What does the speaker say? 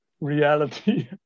reality